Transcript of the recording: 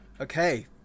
Okay